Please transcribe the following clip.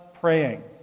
praying